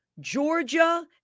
Georgia